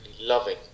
Loving